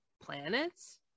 planets